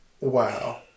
Wow